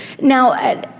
Now